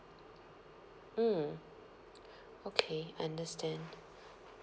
mm okay understand